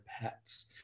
pets